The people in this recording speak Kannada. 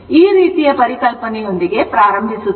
ಈ ರೀತಿಯ ಪರಿಕಲ್ಪನೆಯೊಂದಿಗೆ ಪ್ರಾರಂಭಿಸುತ್ತೇನೆ